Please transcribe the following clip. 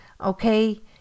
okay